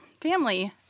family